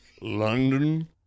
London